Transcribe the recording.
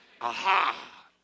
Aha